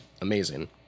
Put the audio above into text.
Amazing